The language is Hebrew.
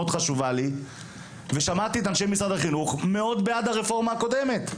חשובה לי ושמעתי את אנשי משרד החינוך מאוד בעד הרפורמה הקודמת.